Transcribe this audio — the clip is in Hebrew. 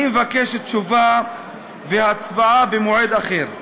אני מבקש תשובה והצבעה במועד אחר.